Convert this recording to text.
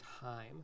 time